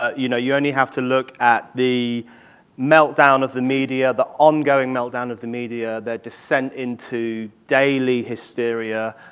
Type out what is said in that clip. ah you know you only have to look at the meltdown of the media, the ongoing meltdown of the media that descend into daily hysteria.